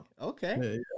okay